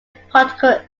particle